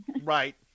right